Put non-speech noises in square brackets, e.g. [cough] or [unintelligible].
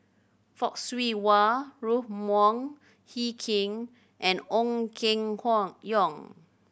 Fock Siew Wah Ruth Wong Hie King and Ong Keng [unintelligible] Yong